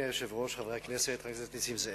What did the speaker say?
אדוני היושב-ראש, חברי כנסת, חבר הכנסת נסים זאב,